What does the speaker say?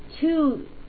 two